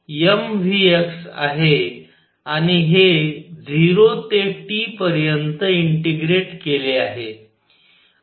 तर हे mvx आहे आणि हे 0 ते T पर्यंत इंटिग्रेट केले आहे